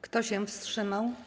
Kto się wstrzymał?